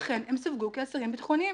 אכן הם סווגו כאסירים ביטחוניים,